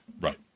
right